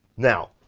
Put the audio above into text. now,